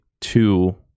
two